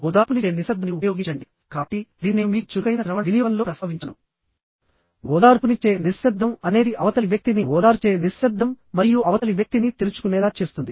ఓదార్పునిచ్చే నిశ్శబ్దాన్ని ఉపయోగించండి కాబట్టి ఇది నేను మీకు చురుకైన శ్రవణ వినియోగంలో ప్రస్తావించాను ఓదార్పునిచ్చే నిశ్శబ్దం అనేది అవతలి వ్యక్తిని ఓదార్చే నిశ్శబ్దం మరియు అవతలి వ్యక్తిని తెరుచుకునేలా చేస్తుంది